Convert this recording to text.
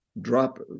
drop